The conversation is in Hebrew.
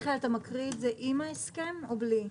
מקריא את זה עם ההסכם או בלי?